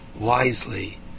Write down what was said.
wisely